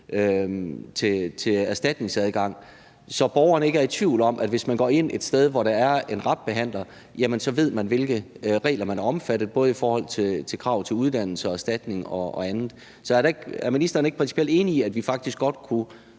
og erstatningsadgang, så borgerne ikke er i tvivl, i forhold til at de, hvis de går ind et sted, hvor der er en RAB-behandler, så ved, hvilke regler vedkommende er omfattet af, både i forhold til krav til uddannelse, til erstatning og andet. Så er ministeren ikke principielt enig i, at vi faktisk godt kunne